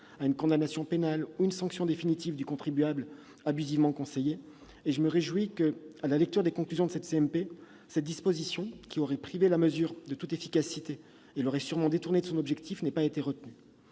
à une condamnation pénale ou à une sanction définitive du contribuable abusivement conseillé. Je me réjouis, à la lecture des conclusions de la commission mixte paritaire, que cette disposition, qui aurait privé la mesure de toute efficacité et l'aurait détournée de son objectif, n'ait pas été retenue.